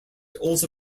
also